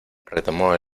retomó